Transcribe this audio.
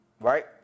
right